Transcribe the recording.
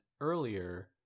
earlier